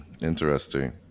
Interesting